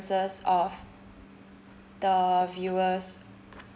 ~ces of the viewers